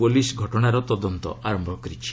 police ଘଟଣାର ତଦନ୍ତ ଆରମ୍ଭ କରିଛି